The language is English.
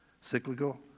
cyclical